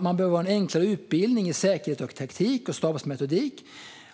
man behöver ha en enklare utbildning i säkerhet, taktik och stabsmetodik.